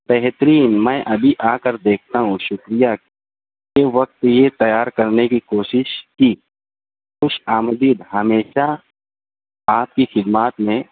بہترین میں ابھی آ کر دیکھتا ہوں شکریہ کہ وقت سے تیار کرنے کی کوشش کی خوش آمدید ہمیشہ آپ کی خدمات میں